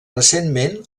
recentment